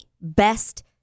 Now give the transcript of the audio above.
best